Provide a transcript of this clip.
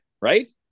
right